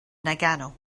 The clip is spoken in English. nagano